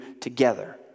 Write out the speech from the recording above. together